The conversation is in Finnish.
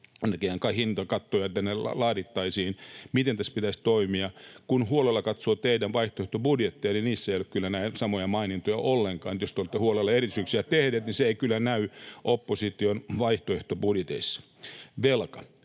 hintakattoja laadittaisiin, miten tässä pitäisi toimia. Kun huolella katsoo teidän vaihtoehtobudjettejanne, niissä ei ole kyllä näitä samoja mainintoja ollenkaan, niin että jos te olette huolella esityksiä tehneet, [Jari Koskelan välihuuto] niin se ei kyllä näy opposition vaihtoehtobudjeteissa. Velka,